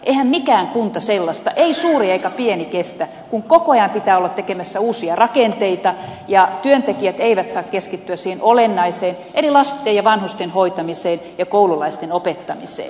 eihän mikään kunta sellaista ei suuri eikä pieni kestä kun koko ajan pitää olla tekemässä uusia rakenteita ja työntekijät eivät saa keskittyä siihen olennaiseen eli lasten ja vanhusten hoitamiseen ja koululaisten opettamiseen